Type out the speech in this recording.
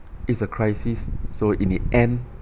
it's a crisis so in the end